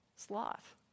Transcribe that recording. Sloth